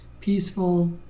peaceful